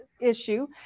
issue